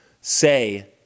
say